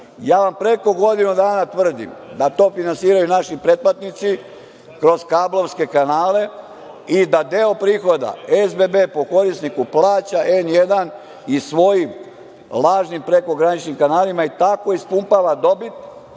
Ja vam preko godinu dana tvrdim da to finansiraju naši pretplatnici kroz kablovske kanale i da deo prihoda SBB po korisniku plaća „N1“ i svojim lažnim prekograničnim kanalima i tako ispumpava dobit